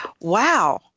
wow